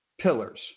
pillars